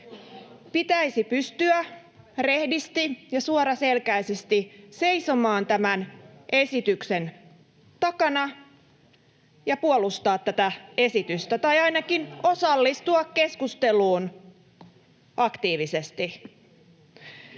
Pitäisi pystyä rehdisti ja suoraselkäisesti seisomaan tämän esityksen takana ja puolustaa tätä esitystä tai ainakin osallistua keskusteluun aktiivisesti.